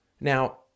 Now